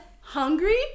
hungry